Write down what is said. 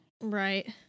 right